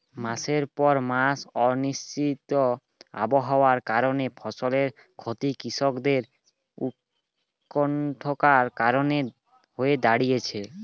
মাসের পর মাস অনিশ্চিত আবহাওয়ার কারণে ফসলের ক্ষতি কৃষকদের উৎকন্ঠার কারণ হয়ে দাঁড়িয়েছে